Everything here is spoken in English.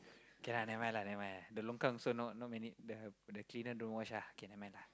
k lah never mind lah never mind lah the longkang also not not many the the cleaner don't wash ah k never mind lah